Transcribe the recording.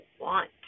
want